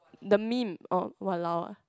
the meme oh !walao! ah